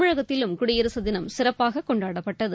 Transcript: தமிழகத்திலம் குடியரசு தினம் சிறப்பாக கொண்டாடப்பட்டது